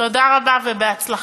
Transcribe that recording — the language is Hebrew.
תודה רבה ובהצלחה.